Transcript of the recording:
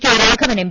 K Raghavan M